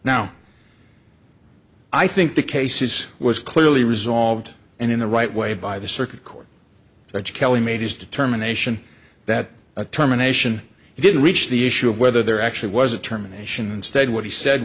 now i think the case is was clearly resolved and in the right way by the circuit court judge kelly made his determination that a terminations didn't reach the issue of whether there actually was a terminations ted what he said